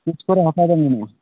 ᱛᱤᱥ ᱠᱚᱨᱮ ᱦᱟᱛᱟᱣ ᱵᱮᱱ ᱢᱮᱱᱮᱜᱼᱟ